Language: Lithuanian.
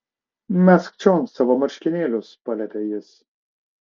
mesk čion savo marškinėlius paliepė jis